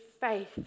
faith